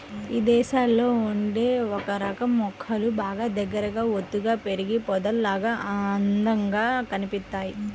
ఇదేశాల్లో ఉండే ఒకరకం మొక్కలు బాగా దగ్గరగా ఒత్తుగా పెరిగి పొదల్లాగా అందంగా కనిపిత్తయ్